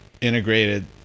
integrated